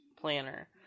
planner